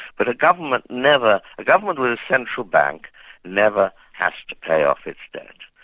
but a government never, a government with a central bank never has to pay off its debt.